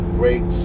great